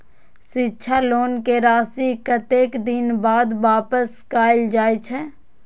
शिक्षा लोन के राशी कतेक दिन बाद वापस कायल जाय छै?